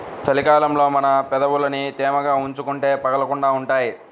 చలి కాలంలో మన పెదవులని తేమగా ఉంచుకుంటే పగలకుండా ఉంటాయ్